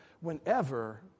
whenever